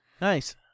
Nice